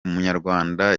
umunyarwanda